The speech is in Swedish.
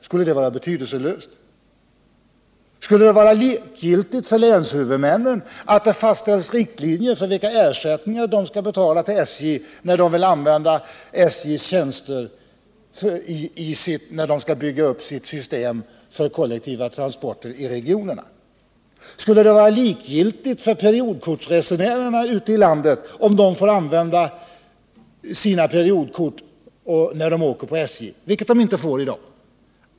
Skulle det vara likgiltigt för länshuvudmännen att det fastställs riktlinjer för vilka ersättningar de skall betala till SJ när de vill använda SJ:s tjänster för att bygga upp sitt system för kollektiva transporter i regionerna? Skulle det vara likgiltigt för periodkortsresenärerna ute i landet om de får använda sina periodkort när de åker på SJ, vilket de inte får i dag?